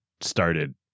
started